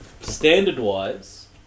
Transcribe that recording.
standard-wise